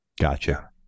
Gotcha